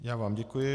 Já vám děkuji.